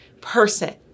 person